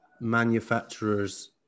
manufacturers